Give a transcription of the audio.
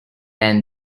and